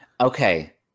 Okay